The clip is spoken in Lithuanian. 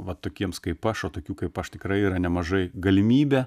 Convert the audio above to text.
va tokiems kaip aš o tokių kaip aš tikrai yra nemažai galimybę